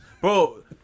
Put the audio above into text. Bro